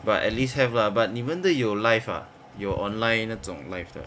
but at least have lah but 你们的有 live ah 有 online 那种 live 的